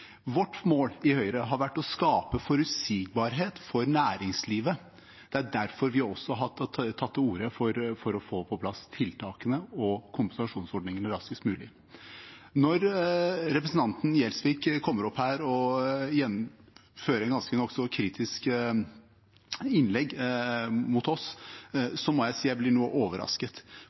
Vårt mål i Høyre har vært å skape forutsigbarhet for næringslivet. Det er derfor vi også har tatt til orde for å få på plass tiltakene og kompensasjonsordningene raskest mulig. Når representanten Gjelsvik kommer opp her og gjennomfører et nokså kritisk innlegg mot oss, må jeg si jeg blir noe overrasket,